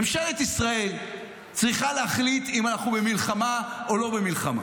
ממשלת ישראל צריכה להחליט אם אנחנו במלחמה או לא במלחמה,